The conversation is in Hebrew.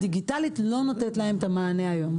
והדיגיטלית לא נותנת להם את המענה היום.